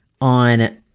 on